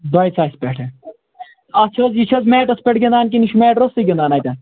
دۄیہِ ساسہِ پٮ۪ٹھٕ اَتھ چھَ حظ یہِ چھَ حظ میٹس پٮ۪ٹھ گِنٛدان کِنہٕ یہِ چھِ میٹہٕ روستٕے گِنٛدان اَتیٚن